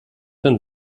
den